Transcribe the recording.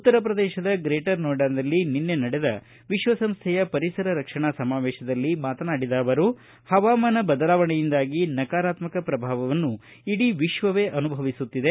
ಉತ್ತರ ಪ್ರದೇಶದ ಗ್ರೇಟರ್ ಸೋಯ್ನಾದಲ್ಲಿ ನಿನ್ನೆ ನಡೆದ ವಿಶ್ವಸಂಸೈಯ ಪರಿಸರ ರಕ್ಷಣಾ ಸಮಾವೇಶದಲ್ಲಿ ಮಾತನಾಡಿದ ಅವರು ಪವಾಮಾನ ಬದಲಾವಣೆಯಿಂದಾಗಿ ನಕಾರಾತ್ಮಕ ಪ್ರಭಾವವನ್ನು ಇಡೀ ವಿಶ್ವವೇ ಅನುಭವಿಸುತ್ತಿದೆ